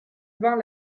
vint